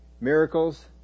miracles